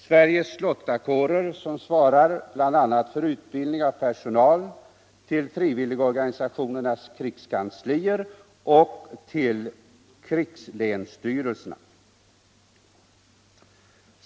Sveriges lottakårer svarar bl.a. för utbildning av personal till frivilligorganisationernas krigskanslier och till krigslänsstyrelserna.